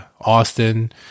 Austin